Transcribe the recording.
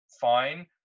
fine